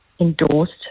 endorsed